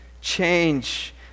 change